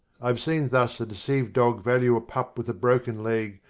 i have seen thus a deceived dog value a pup with a broken leg,